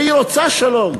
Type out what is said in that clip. והיא רוצה שלום.